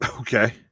Okay